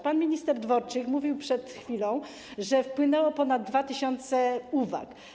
Pan minister Dworczyk mówił przed chwilą, że wpłynęło ponad 2 tys. uwag.